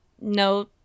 no